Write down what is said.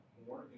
more